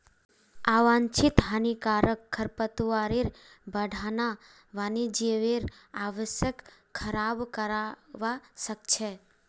आवांछित हानिकारक खरपतवारेर बढ़ना वन्यजीवेर आवासक खराब करवा सख छ